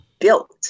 built